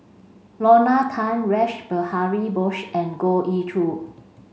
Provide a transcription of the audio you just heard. Lorna Tan Rash Behari Bose and Goh Ee Choo